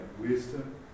wisdom